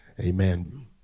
amen